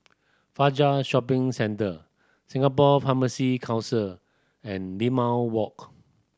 Fajar Shopping Centre Singapore Pharmacy Council and Limau Walk